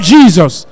Jesus